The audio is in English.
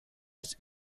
its